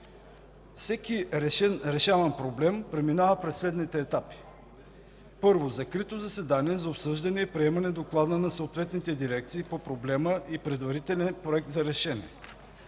Всеки решаван проблем преминава през следните етапи: първо, закрито заседание за обсъждане и приемане доклада на съответните дирекции по проблема и предварителен проект за решение.